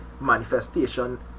manifestation